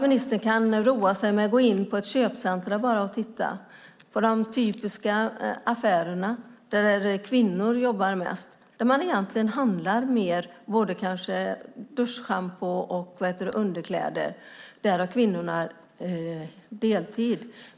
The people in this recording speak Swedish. Ministern kan roa sig med att gå på ett köpcentrum och titta på typiska affärer där kvinnor jobbar, mest affärer där man handlar schampo och underkläder. Där jobbar kvinnorna deltid.